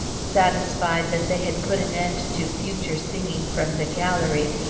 satisfied that they had put an end to future singing from the gallery,